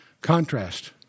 contrast